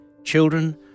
Children